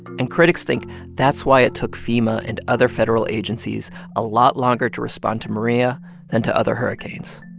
and critics think that's why it took fema and other federal agencies a lot longer to respond to maria than to other hurricanes.